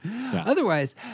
Otherwise